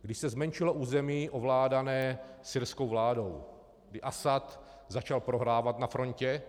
Když se zmenšilo území ovládané syrskou vládou, kdy Asad začal prohrávat na frontě.